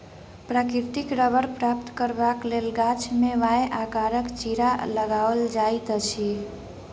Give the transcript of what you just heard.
प्राकृतिक रबड़ प्राप्त करबाक लेल गाछ मे वाए आकारक चिड़ा लगाओल जाइत अछि